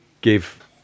give